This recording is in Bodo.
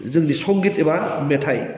जोंनि संगित एबा मेथाइ